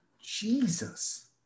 jesus